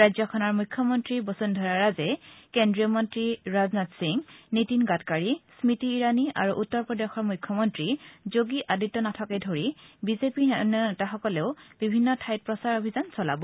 ৰাজ্যখনৰ মুখ্যমন্তী বসুন্ধৰা ৰাজে কেন্দ্ৰীয়মন্তী ৰাজনাথ সিং নীতিন গাডকাৰী স্মৃতি ইৰাণী আৰু উত্তৰ প্ৰদেশৰ মুখ্যমন্তী যোগী আদিত্য নাথকে ধৰি বি জে পি অন্যান্য নেতাসকলেও বিভিন্ন ঠাইত প্ৰচাৰ অভিযান চলাব